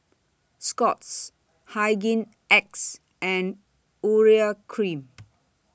Scott's Hygin X and Urea Cream